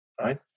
right